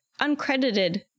uncredited